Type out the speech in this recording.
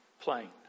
plane